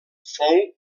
fou